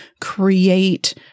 create